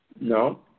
No